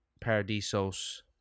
Paradiso's